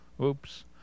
oops